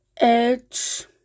Edge